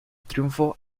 triunfo